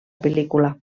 pel·lícula